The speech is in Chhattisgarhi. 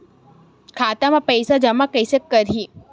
खाता म पईसा जमा कइसे करही?